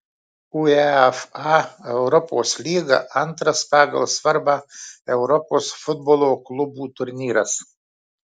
uefa europos lyga antras pagal svarbą europos futbolo klubų turnyras